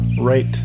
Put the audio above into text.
right